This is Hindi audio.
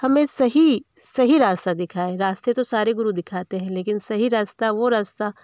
हमें सही सही रास्ता दिखाए रास्ते तो सारे गुरु दिखाते है लेकिन सही रास्ता वो रास्ता